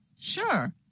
Sure